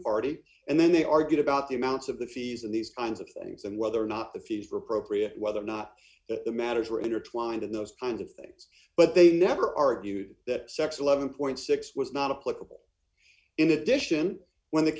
party and then they argued about the amounts of the fees in these kinds of things and whether or not the fees were appropriate whether or not the matters were intertwined in those kind of things but they never argued that sex eleven point six was not a political in addition when the